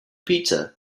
pizza